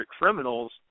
criminals